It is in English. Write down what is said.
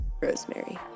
Rosemary